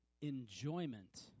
enjoyment